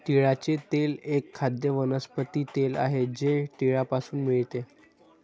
तिळाचे तेल एक खाद्य वनस्पती तेल आहे जे तिळापासून मिळते